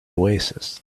oasis